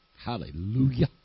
Hallelujah